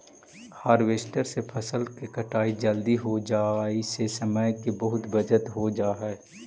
harvester से फसल के कटाई जल्दी हो जाई से समय के बहुत बचत हो जाऽ हई